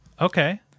Okay